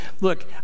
look